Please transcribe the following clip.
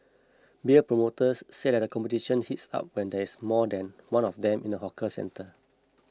beer promoters say that the competition heats up when there is more than one of them in the hawker centre